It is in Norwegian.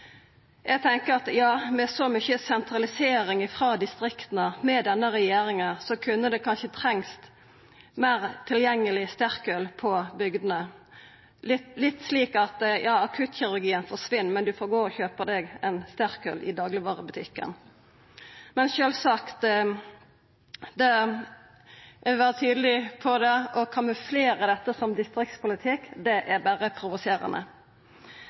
Eg tenkjer at ja, med så mykje sentralisering frå distrikta under denne regjeringa kunne det kanskje trengst meir tilgjengeleg sterkøl på bygdene, litt slik: Ja, akuttkirurgien forsvinn, men du får gå og kjøpa deg ein sterkøl i daglegvarebutikken. Eg vil vera tydeleg på at å kamuflera dette som distriktspolitikk er berre provoserande.